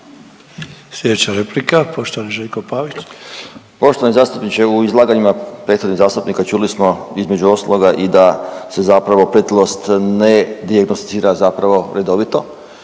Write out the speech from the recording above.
**Pavić, Željko (Socijaldemokrati)** Poštovani zastupniče. U izlaganjima predstavnik zastupnika čuli smo između ostaloga i da se zapravo pretilost ne dijagnosticira zapravo redovito